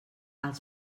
als